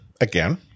again